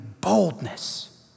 boldness